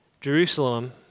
Jerusalem